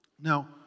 Now